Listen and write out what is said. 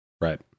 Right